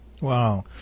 Wow